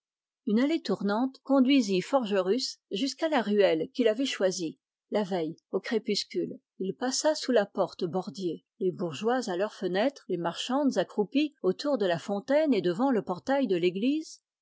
une allée tournante conduisit forgerus jusqu'à la ruelle qu'il avait suivie la veille au crépuscule il passa sous la porte bordier les bourgeois à leur fenêtre les marchandes accroupies autour de la fontaine et devant le portail de l'église